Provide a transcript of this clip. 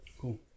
Cool